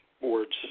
boards